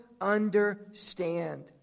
understand